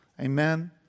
Amen